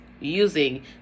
Using